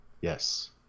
Yes